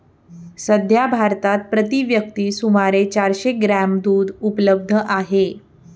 सध्या भारतात प्रति व्यक्ती सुमारे चारशे ग्रॅम दूध उपलब्ध आहे